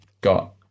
got